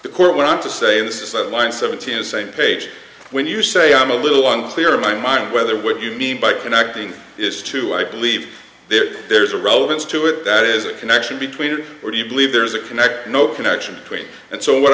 the court went on to say this is a lie and seventeen the same page when you say i'm a little unclear in my mind whether what you mean by connecting is to i believe there's a relevance to it that is a connection between what you believe there's a connect no connection between and so what